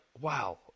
wow